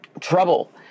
trouble